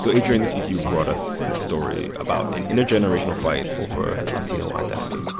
so adrian, this week, you've brought us this story about an intergenerational fight over latino identity